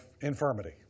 infirmity